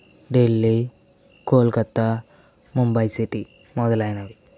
Delhi Kolkata Mumbai city మొదలైనవి